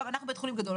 אנחנו בית חולים גדול,